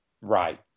Right